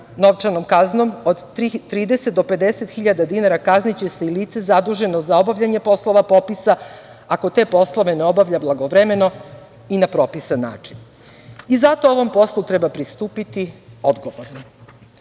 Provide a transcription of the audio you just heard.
novčanom kaznom od 30 do 50 hiljada dinara kazniće se i lice zaduženo za obavljanje poslova popisa ako te poslove ne obavlja blagovremeno i na pripisan način. Zato ovom poslu treba pristupiti